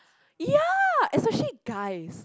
ya especially guys